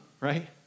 right